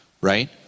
right